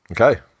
Okay